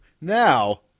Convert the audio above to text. Now